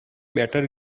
better